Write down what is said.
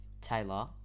taylor